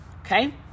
Okay